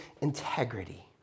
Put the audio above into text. integrity